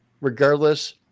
Regardless